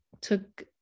took